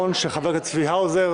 רוויזיה.